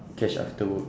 cash after work